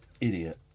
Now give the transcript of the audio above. idiot